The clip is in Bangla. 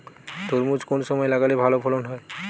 তরমুজ কোন সময় লাগালে ভালো ফলন হয়?